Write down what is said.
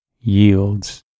yields